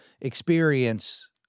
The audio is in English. experience